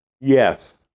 Yes